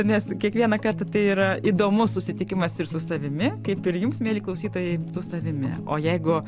nes kiekvieną kartą tai yra įdomus susitikimas ir su savimi kaip ir jums mieli klausytojai su savimi o jeigu